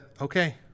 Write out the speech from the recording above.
okay